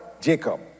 Jacob